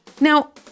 Now